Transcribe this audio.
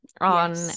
on